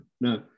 No